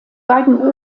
beiden